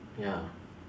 ya